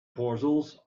portals